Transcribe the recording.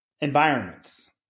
environments